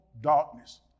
darkness